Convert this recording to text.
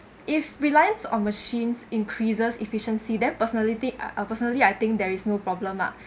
if reliance on machines increases efficiency then personality uh personally I think there is no problem ah